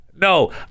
No